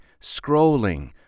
scrolling